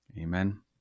Amen